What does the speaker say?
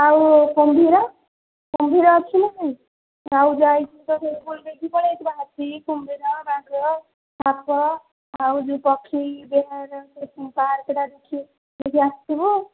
ଆଉ କୁମ୍ଭୀର କୁମ୍ଭୀର ଅଛି ନାଁ ନାହିଁ ଆଉ ଯାଇକି ହାତୀ କୁମ୍ଭୀର ବାଘ ସାପ ଆଉ ଯେଉଁ ପକ୍ଷୀ ପାର୍କଟା ଦେଖି ଆସିବୁ